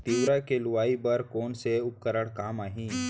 तिंवरा के लुआई बर कोन से उपकरण काम आही?